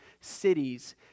cities